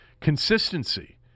consistency